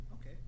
Okay